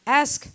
ask